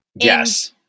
yes